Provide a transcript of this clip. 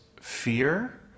fear